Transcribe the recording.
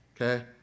okay